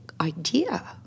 idea